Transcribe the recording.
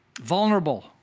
Vulnerable